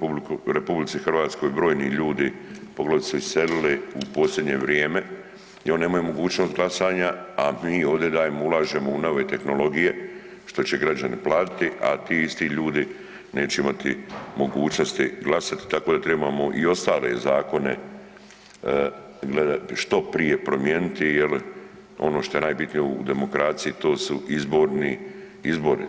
u RH brojni ljudi poglavito iselili u posljednje vrijeme i oni nemaju mogućnost glasanja, a mi ovdje dajemo i ulažemo u nove tehnologije, što će građani platiti, a ti isti ljudi neće imati mogućnosti glasati, tako da trebamo i ostale zakone gledati što prije promijeniti jel ono što je najbitnije u demokraciji to su izborni izbori.